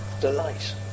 Delight